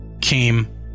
came